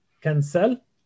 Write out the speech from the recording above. cancel